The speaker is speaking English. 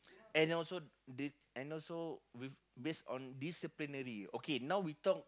and also the and also with based on disciplinary okay now we talk